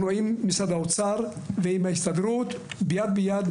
אנחנו עם משרד האוצר ועם ההסתדרות יד ביד,